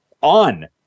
on